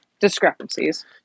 discrepancies